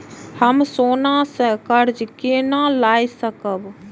हम सोना से कर्जा केना लाय सकब?